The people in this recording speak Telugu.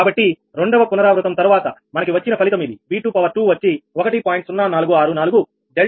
కాబట్టి రెండవ పునరావృతం తరువాత మనకి వచ్చిన ఫలితం ఇది 𝑉2 వచ్చి 1